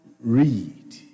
read